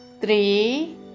three